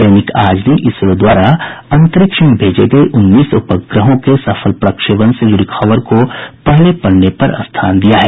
दैनिक आज ने इसरो द्वारा अन्तरिक्ष में भेजे गये उन्नीस उपग्रहों के सफल प्रक्षेपण से जुड़ी खबर को पहले पन्ने पर स्थान दिया है